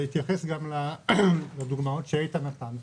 בהתייחס לדוגמאות שאיתן פרנס הציג,